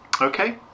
okay